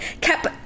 kept